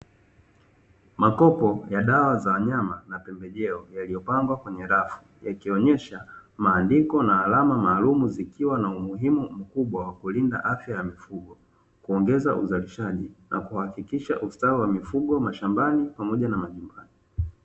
Makopo ya dawa za wanyama na pembejeo yaliyopangwa kwenye rafu yakionyesha maandiko na alama maalumu zikiwa na umuhimu mkubwa wa kulinda afya ya mifugo, kuongeza uzalishaji na kuhakikisha ustawi wa mifugo mashambani pamoja na majumbani.